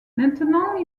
maintenant